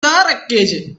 wreckage